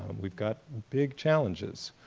we've got big challenges.